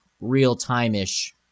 real-time-ish